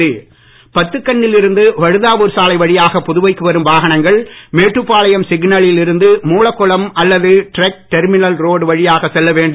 போக்குவரத்துமாற்றம் பத்துக்கண்ணில் இருந்து வழுதாவூர் சாலை வழியாக புதுவைக்கு வரும் வாகனங்கள் மேட்டுப்பாளையம் சிக்னலில் இருந்து மூலகுளம் அல்லது ட்ரக் டெர்மினல் ரோடு வழியாக செல்ல வேண்டும்